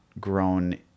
grown